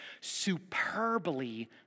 superbly